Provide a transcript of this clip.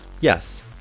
Yes